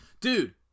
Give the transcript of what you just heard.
dude